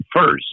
first